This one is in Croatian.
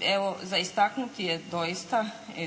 Evo za istaknuti je doista